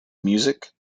music